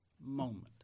moment